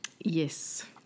Yes